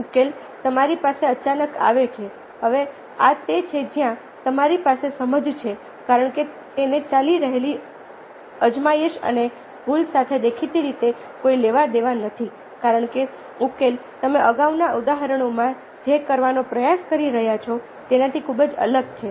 ઉકેલ તમારી પાસે અચાનક આવે છે હવે આ તે છે જ્યાં તમારી પાસે સમજ છે કારણ કે તેને ચાલી રહેલી અજમાયશ અને ભૂલ સાથે દેખીતી રીતે કોઈ લેવાદેવા નથી કારણ કે ઉકેલ તમે અગાઉના ઉદાહરણોમાં જે કરવાનો પ્રયાસ કરી રહ્યાં છો તેનાથી ખૂબ જ અલગ છે